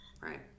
right